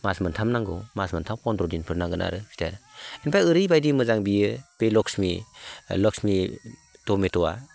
मास मोन्थाम नांगौ मास मोन्थाम पन्द्र'दिनफोर नांगोन आरो फिथाइआ ओमफ्राय ओरैबायदि मोजां बियो बे लक्ष्मि टमेट'आ